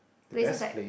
places like